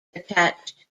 attached